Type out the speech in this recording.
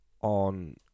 on